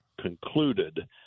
concluded